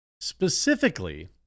Specifically